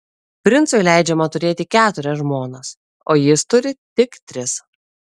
princui leidžiama turėti keturias žmonas o jis turi tik tris